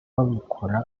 babikora